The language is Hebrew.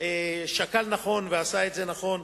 שקל נכון ועשה את זה נכון.